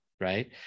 right